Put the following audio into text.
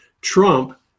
Trump